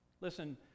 Listen